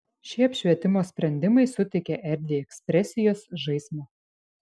šie apšvietimo sprendimai suteikia erdvei ekspresijos žaismo